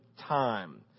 time